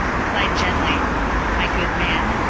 replied gently my good man,